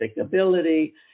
ability